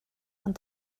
ond